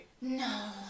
No